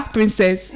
Princess